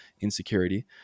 insecurity